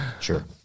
Sure